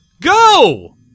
Go